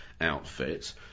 outfit